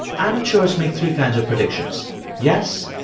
amateurs make three kinds of predictions yes,